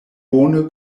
bone